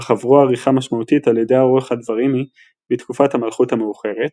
אך עברו עריכה משמעותית על ידי העורך הדברימי בתקופת המלכות המאוחרת,